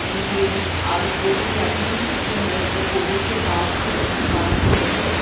ان کی اور اسپیشلی ابھی جو ہے تو کووڈ کے بعد کے بعد جو ہے تو